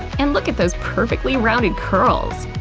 and look at those perfectly rounded curls!